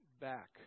back